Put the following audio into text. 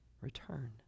return